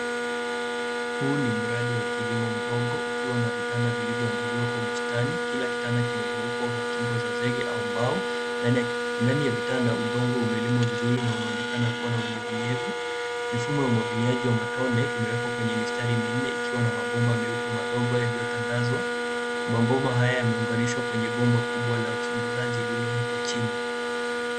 Huu ni mradi wa kilimo mdogo, ukiwa na vitanda vilivyoandaliwa kwa bustani. Kila kitanda kimezungukwa kwa kingo za zege au mbao, ndani ya vitanda, udongo umelimwa vizuri na unaonekana kuwa na unyevunyevu. Mifumo ya umwagiliaji wa matone, umewekwa kwenye mistari minne ikiwa na mabomba meupe madogo yaliyotandazwa. Mabomba haya yameunganishwa kwenye bomba kubwa la msongozaji uliowekwa chini.